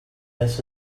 mrs